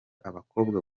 abakobwa